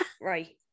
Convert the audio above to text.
right